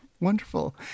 Wonderful